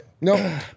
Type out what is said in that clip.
No